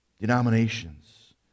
denominations